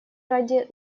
ради